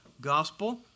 Gospel